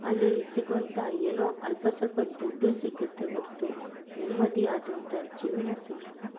ಅಲ್ಲಿ ಸಿಗುವಂಥ ಏನೋ ಅಲ್ಪ ಸ್ವಲ್ಪ ದುಡ್ಡು ಸಿಗುತ್ತೆ ಹೊರ್ತು ನೆಮ್ಮದಿ ಆದಂತಹ ಜೀವನ ಸಿಗಲ್ಲ